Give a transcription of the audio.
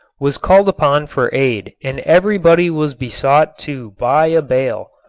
was called upon for aid and everybody was besought to buy a bale.